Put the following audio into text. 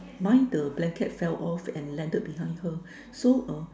mine the blanket fell off and landed behind her so uh